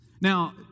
Now